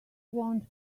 want